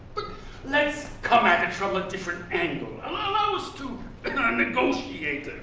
let's come at it from a different angle. allow us to negotiate.